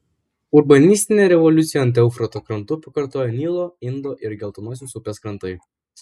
urbanistinę revoliuciją ant eufrato krantų pakartojo nilo indo ir geltonosios upės krantai